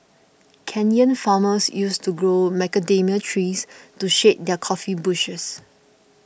Kenyan farmers used to grow macadamia trees to shade their coffee bushes